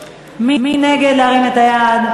מי נגד, להרים את היד.